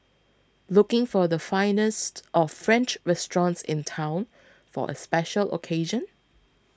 looking for the finest of French restaurants in town for a special occasion